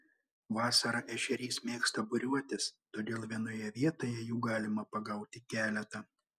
vasarą ešerys mėgsta būriuotis todėl vienoje vietoje jų galima pagauti keletą